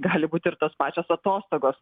gali būti ir tos pačios atostogos